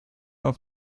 auf